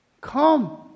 come